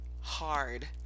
hard